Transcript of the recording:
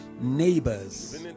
neighbors